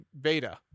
beta